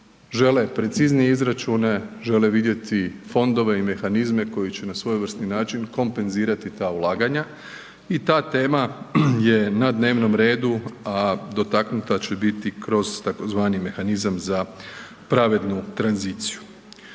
Žele preciznije izračuna, žele vidjeti fondove i mehanizme koje će na svojevrsni način kompenzirati ta ulaganja i ta tema je na dnevnom redu, a dotaknuta će biti kroz tzv. mehanizam za pravednu tranziciju.